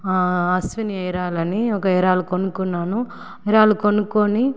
Ashwini hair oil అని ఒక hair oil కొనుక్కున్నాను హెయిర్ ఆయిల్ కొనుక్కొని